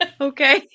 okay